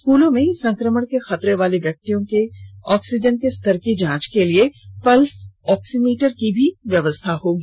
स्कूलों में संक्रमण के खतरे वाले व्यक्तियों में ऑक्सीजन के स्तर की जांच के लिए पल्स ऑक्सीमीटर की भी व्यवस्था होगी